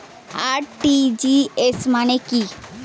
RTGS মানে কি?